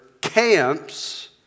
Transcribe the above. camps